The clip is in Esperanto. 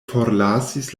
forlasis